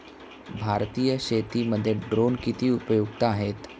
भारतीय शेतीमध्ये ड्रोन किती उपयुक्त आहेत?